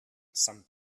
sant